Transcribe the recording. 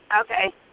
Okay